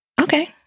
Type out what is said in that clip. Okay